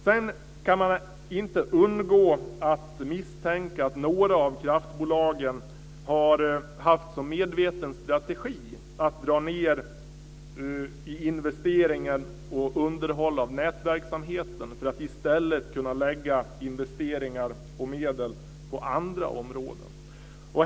Sedan kan man inte undgå att misstänka att några av kraftbolagen har haft som medveten strategi att dra ned i investeringar på och underhåll av nätverksamheten för att i stället kunna lägga investeringar och medel på andra områden.